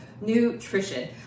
nutrition